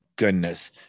Goodness